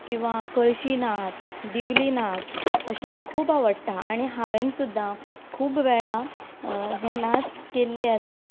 किंवां कळशी नाच दिवली नाच अशे खूब आवडटा आनी हांवें सुद्दां खूब वेळां हें नाच केल्ले आसा